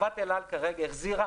חברת אל-על כרגע החזירה